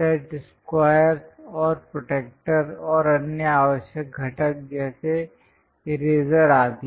set square और protractor और अन्य आवश्यक घटक जैसे इरेज़र आदि